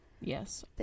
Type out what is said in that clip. Yes